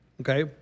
Okay